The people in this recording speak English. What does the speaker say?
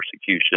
persecution